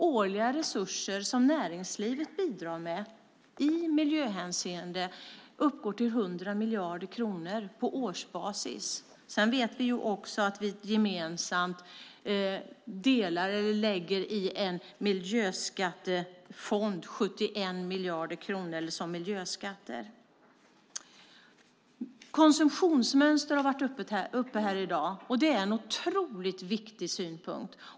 De resurser näringslivet bidrar med uppgår till 100 miljarder kronor på årsbasis. Vi vet också att vi gemensamt lägger 71 miljarder kronor på miljöskatter. Konsumtionsmönster har varit uppe här i dag. Det är en otroligt viktig synpunkt.